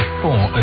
four